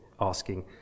asking